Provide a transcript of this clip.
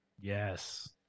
Yes